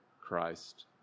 Christ